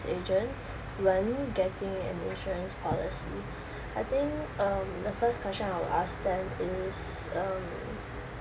agent when getting an insurance policy I think um the first question I would ask them is um